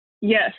Yes